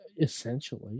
essentially